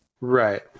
Right